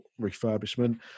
refurbishment